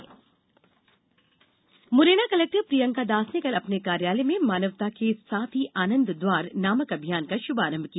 आनंद Dwar Morena Morena collector Priyanka Das ने कल अपने कार्यालय में मानवता के साथी आनंद द्वार नामक अभियान का शुभारंभ किया